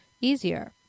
easier